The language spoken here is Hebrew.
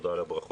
תודה על הברכות.